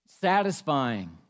satisfying